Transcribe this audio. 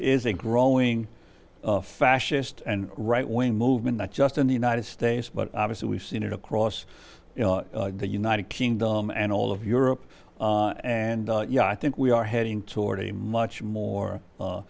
is a growing fascist and right wing movement not just in the united states but obviously we've seen it across the united kingdom and all of europe and i think we are heading toward a much more